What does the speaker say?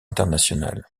internationales